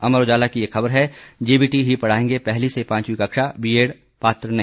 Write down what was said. अमर उजाला की एक खबर है जेबीटी ही पढ़ाएंगे पहली से पांचवी कक्षा बीएड पात्र नहीं